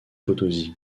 potosí